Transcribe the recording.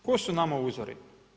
Tko su nama uzori?